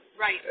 Right